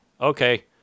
Okay